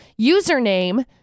username